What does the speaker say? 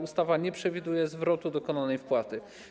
Ustawa nie przewiduje zwrotu dokonanej wpłaty.